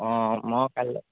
অঁ মই কাইলৈ